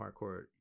hardcore